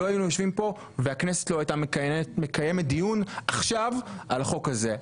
לא היינו יושבים פה והכנסת לא הייתה מקיימת דיון עכשיו על החוק הזה.